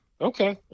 Okay